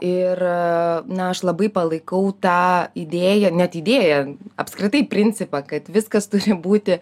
ir na aš labai palaikau tą idėją net idėją apskritai principą kad viskas turi būti